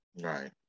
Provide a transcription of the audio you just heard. Right